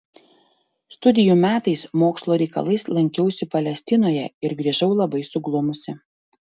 studijų metais mokslo reikalais lankiausi palestinoje ir grįžau labai suglumusi